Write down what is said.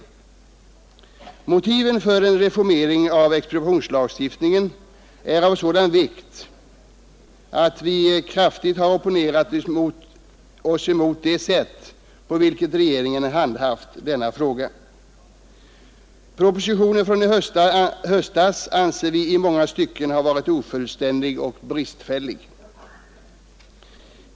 Motiven för en reformering av expropriationslagstiftningen är angelägna och vi har kraftigt opponerat oss mot det sätt, på vilket regeringen handlagt frågan. Propositionen från i höstas anser vi i många stycken vara ofullständig och bristfällig.